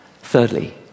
thirdly